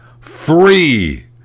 free